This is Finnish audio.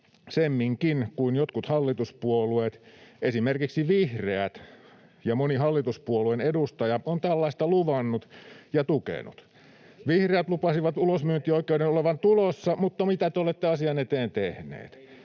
semminkin kun jotkut hallituspuolueet, esimerkiksi vihreät, ja moni hallituspuolueen edustaja ovat tällaista luvanneet ja tukeneet. Vihreät lupasivat ulosmyyntioikeuden olevan tulossa, mutta mitä te olette asian eteen tehneet?